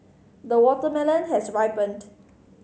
the watermelon has ripened